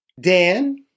Dan